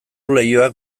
leioak